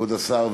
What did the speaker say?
כבוד השר,